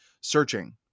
searching